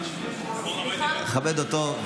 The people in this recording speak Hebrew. לכבד אותו.